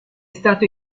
stato